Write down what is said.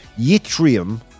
yttrium